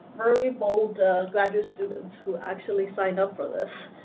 very bold graduate students who actually signed up for this.